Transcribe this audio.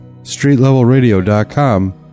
StreetLevelRadio.com